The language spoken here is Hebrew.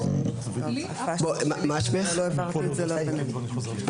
ברמה העקרונית זה נכון.